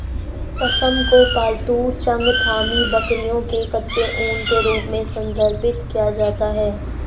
पश्म को पालतू चांगथांगी बकरियों के कच्चे ऊन के रूप में संदर्भित किया जाता है